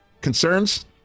concerns